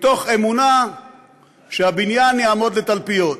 מתוך אמונה שהבניין יעמוד לתלפיות.